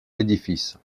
l’édifice